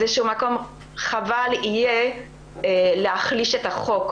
חבל יהיה להחליש את החוק,